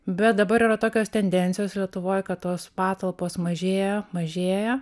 bet dabar yra tokios tendencijos lietuvoj kad tos patalpos mažėja mažėja